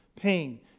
Pain